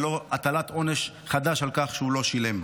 ואינו הטלת עונש חדש על כך שהוא לא שילם.